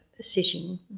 sitting